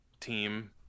team